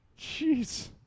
Jeez